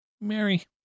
Mary